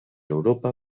europa